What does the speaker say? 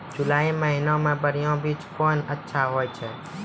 जुलाई महीने मे बढ़िया बीज कौन अच्छा होय छै?